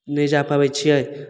नहि जा पाबै छिए